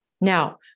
Now